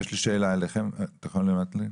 אתם יכולים לענות לי?